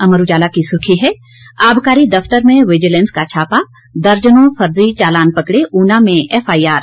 अमर उजाला की सुर्खी है आबकारी दफ्तर में विजिलेंस का छापा दर्जनों फर्जी चालान पकड़े ऊना में एफआईआर